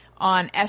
on